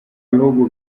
bihugu